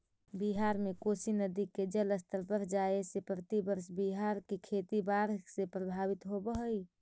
बिहार में कोसी नदी के जलस्तर बढ़ जाए से प्रतिवर्ष बिहार के खेती बाढ़ से प्रभावित होवऽ हई